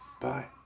Bye